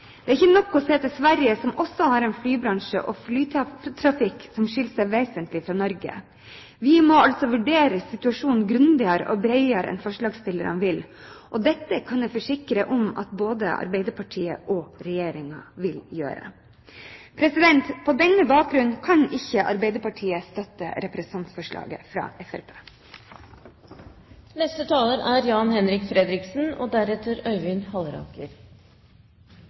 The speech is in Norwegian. Det er ikke nok å se til Sverige, som har en flybransje og en flytrafikk som skiller seg vesentlig fra Norge. Vi må altså vurdere situasjonen grundigere og bredere enn det forslagsstillerne vil, og dette kan jeg forsikre om at både Arbeiderpartiet og Regjeringen vil gjøre. På denne bakgrunn kan ikke Arbeiderpartiet støtte representantforslaget fra